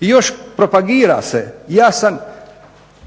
i još propagira se, ja sam